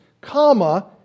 comma